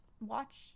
watch